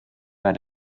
bei